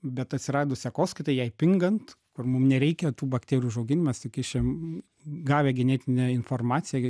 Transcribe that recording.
bet atsiradus sekoskaitai jai pingant kur mum nereikia tų bakterijų užaugin mes įkišim gavę genetinę informaciją